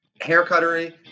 haircuttery